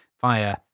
via